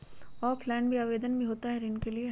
Offline भी आवेदन भी होता है ऋण के लिए?